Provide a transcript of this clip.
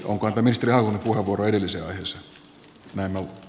onko omistaja on urkureiden sisäänsä vähemmän